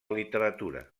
literatura